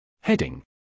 Heading